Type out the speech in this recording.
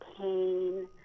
pain